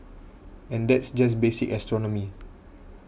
and that's just basic astronomy